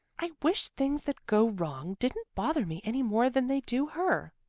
i wish things that go wrong didn't bother me any more than they do her,